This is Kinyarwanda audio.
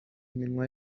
iminwa